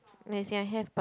as in I have but